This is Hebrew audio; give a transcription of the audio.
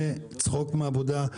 זה צחוק מעבודה.